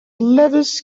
lewis